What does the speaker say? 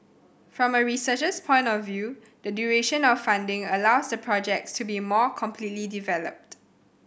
from a researcher's point of view the duration of funding allows the projects to be more completely developed